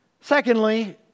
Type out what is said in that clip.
Secondly